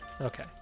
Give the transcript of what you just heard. Okay